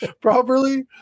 properly